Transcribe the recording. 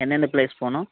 எந்தெந்த பிளேஸ் போகனும்